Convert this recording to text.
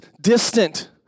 distant